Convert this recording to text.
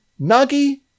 Nagi